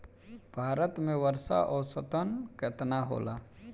भारत में वर्षा औसतन केतना होला?